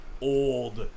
old